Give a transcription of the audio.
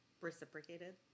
reciprocated